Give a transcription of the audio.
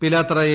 Pilathara A